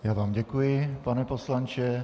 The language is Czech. Já vám děkuji, pane poslanče.